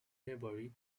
maybury